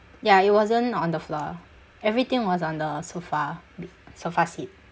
ya it wasn't on the floor everything was on the sofa sofa seat